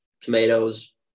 tomatoes